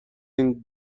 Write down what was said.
این